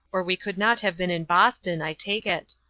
or we could not have been in boston, i take it.